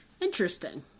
interesting